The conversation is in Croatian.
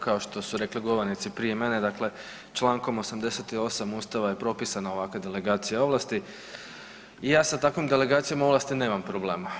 Kao što su rekli govornici prije mene, dakle čl. 88. ustava je propisano ovakve delegacije ovlasti i ja sa takvom delegacijom ovlasti nemam problema.